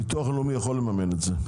ביטוח לאומי יכול לממן את זה.